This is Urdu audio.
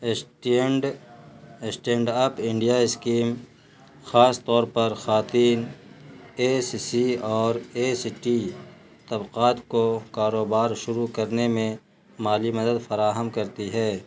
stand stand up India scheme خاص طور پر خواتین ایس سی اور ایس ٹی طبقات کو کاروبار شروع کرنے میں مالی مدد فراہم کرتی ہے